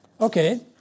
Okay